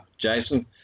Jason